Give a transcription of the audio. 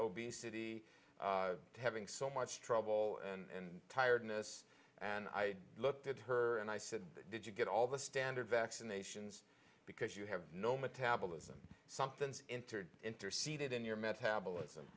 obesity having so much trouble and tiredness and i looked at her and i said did you get all the standard vaccinations because you have no metabolism something's entered interceded in your metabolism